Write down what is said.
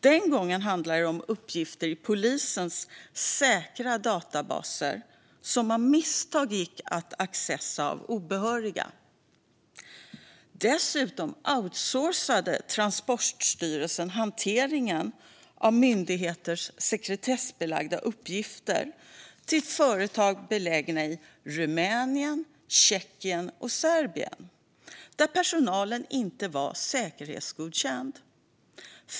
Den gången handlade det om uppgifter i polisens säkra databaser, som obehöriga av misstag fick access till. Dessutom outsourcade Transportstyrelsen hanteringen av myndigheters sekretessbelagda uppgifter till företag som var belägna i Rumänien, Tjeckien och Serbien och där personalen inte var säkerhetsgodkänd.